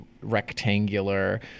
rectangular